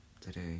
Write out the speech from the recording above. today